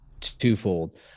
twofold